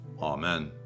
Amen